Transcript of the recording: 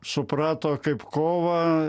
suprato kaip kovą